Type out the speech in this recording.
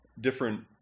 different